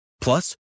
Plus